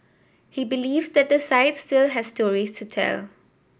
he believes that the site still has stories to tell